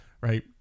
right